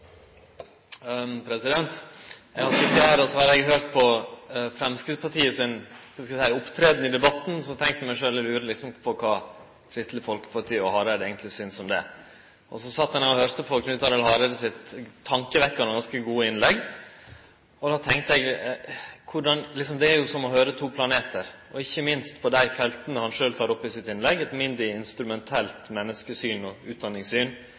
og høyrt på Framstegspartiet sin – kva skal vi seie – «opptreden» i debatten, og så har eg tenkt for meg sjølv: Eg lurer på kva Kristeleg Folkeparti og Hareide eigentleg synest om det. Og så sette eg meg ned og høyrde på Knut Arild Hareide sitt tankevekkjande og ganske gode innlegg, og då tenkte eg at det er som å høyre to planetar, ikkje minst på dei felta han sjølv tok opp i sitt innlegg: eit mindre instrumentelt menneskesyn og utdanningssyn,